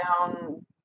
down